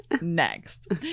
Next